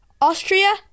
Austria